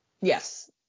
Yes